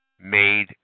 made